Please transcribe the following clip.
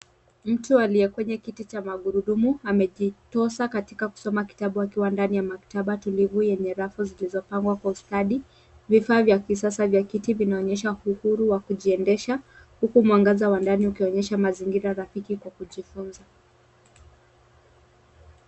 Mtu aliye kwenye kiti cha magurudumu amejitosa katika kusoma kitabu akiwa ndani ya maktaba tulivu yenye rafu zilizopangwa kwa ustadi. Vifaa vya kisasa vya kiti vinaonyesha uhuru wa kujiendesha huku mwangaza wa ndani ukionyesha mazingira rafiki kwa kujifunza.